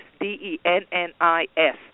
D-E-N-N-I-S